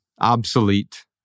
obsolete